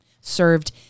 Served